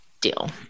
Deal